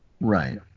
Right